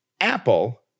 Apple